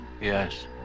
Yes